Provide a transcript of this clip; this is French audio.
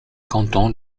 canton